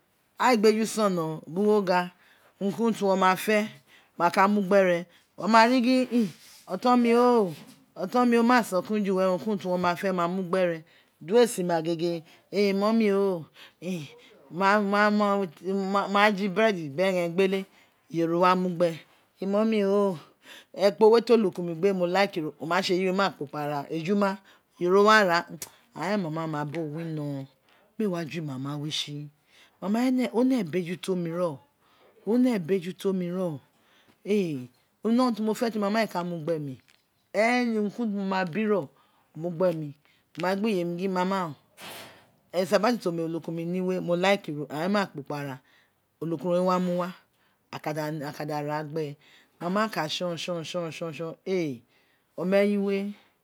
Aghan ee gbeju sono o bini wo gha uru ki urun ti wo ma fe ti a ku mu gbe re o ma ri gin oton mi we o, otanmi maa sokun urun ki urun ti wo ma fe mo wa mu gbe re di we si ma gege eh imummy o ma den ibeadi biri eghen egbele iyo ro wa uu gbe imummy o, ekpe we ti olukun ini gbe mo like iro, o ma tse eyi maa kpokpo ara, ejuma wo wa ra an nama mo wa bo wino mee wa ju mama we tsi mama we ne, o ne bejufo mi ren, one bejutomi ren o one urun ti mo fe ti mama we ee ka mu gbe mi? uru ki uru ti me ma bro o wa mu gbe mi mo wa gin gbe iyemi gin mama esen isabatu ti olakunmi ni use mo like iro, ain maa kpokpo ara olekan re wa mu wa, aka da ra gbe mama ka da tson tsen tson tson ovewe yiwe